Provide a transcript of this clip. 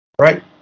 right